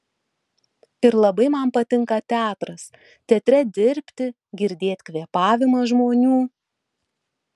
ir labai man patinka teatras teatre dirbti girdėt kvėpavimą žmonių